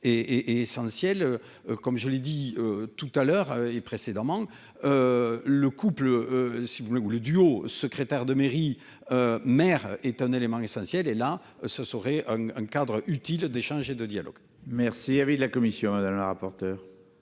est essentiel. Comme je l'ai dit tout à l'heure et précédent manque. Le couple si vous voulez le duo secrétaire de mairie. Maire est un élément essentiel et là ce serait un cadre utile d'échange et de dialogue. Merci avait de la commission d'dans rapporteur.